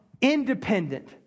independent